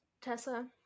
tessa